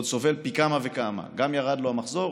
סובל עוד פי כמה וכמה: גם ירד לו המחזור,